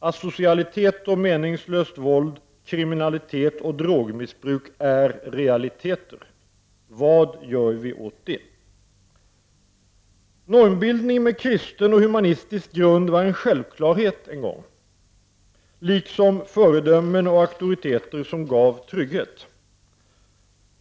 Asocialitet och meningslöst våld, kriminalitet och drogmissbruk är realiteter. Vad gör vi åt det? Normbildning på kristen och humanistisk grund var en självklarhet en gång, liksom föredömen och auktoriteter som gav trygghet.